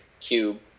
cube